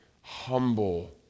humble